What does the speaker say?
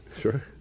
sure